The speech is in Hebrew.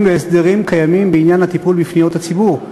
והסדרים קיימים בעניין הטיפול בפניות הציבור.